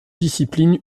discipline